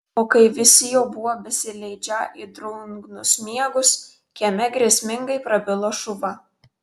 o kai visi jau buvo besileidžią į drungnus miegus kieme grėsmingai prabilo šuva